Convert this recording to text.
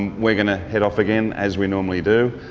we're going to head off again as we normally do.